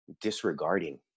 disregarding